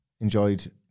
enjoyed